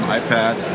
iPad